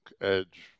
Edge